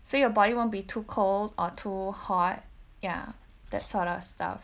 so your body won't be too cold or too hot ya that sort of stuff